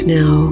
now